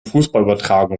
fußballübertragungen